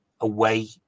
away